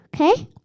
okay